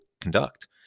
conduct